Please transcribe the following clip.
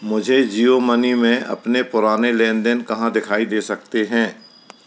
मुझे जियो मनी में अपने पुराने लेन देन कहाँ दिखाई दे सकते हैं